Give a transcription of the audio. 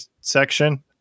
section